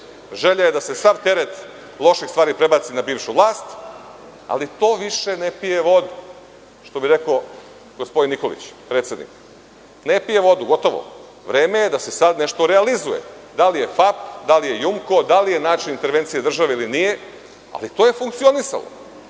Želja je da se sav teret loših stvari prebaci na bivšu vlast, ali to više ne pije vodu, što bi rekao gospodin Nikolić, predsednik. Gotovo. Vreme je da se sada nešto realizuje. Da li je FAP, da li je „Jumko“, da li je način intervencije države ili nije, ali to je funkcionisalo.